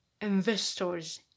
investors